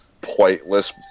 pointless